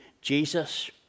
Jesus